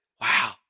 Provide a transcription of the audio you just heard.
wow